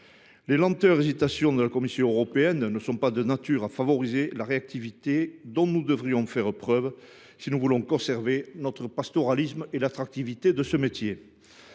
Les lenteurs et les hésitations de la Commission européenne ne sont pas de nature à favoriser la réactivité dont nous devrions faire preuve pour conserver notre pastoralisme et l’attractivité de ce métier.